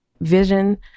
vision